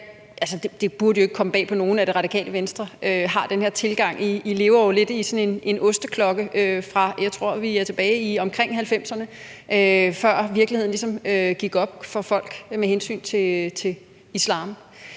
Det burde jo ikke komme bag på nogen, at Det Radikale Venstre har den her tilgang. I lever jo lidt i sådan en osteklokke. Jeg tror, vi er tilbage omkring 1990'erne, før virkeligheden ligesom gik op for folk med hensyn til islam.